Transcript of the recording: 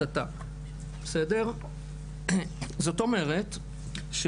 זאת אומרת,